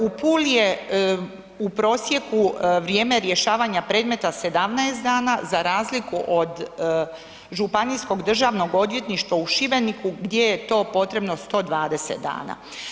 U Puli je u prosjeku vrijeme rješavanja predmeta 17 dana za razliku od Županijskog državnog odvjetništva u Šibeniku gdje je to potrebno 120 dana.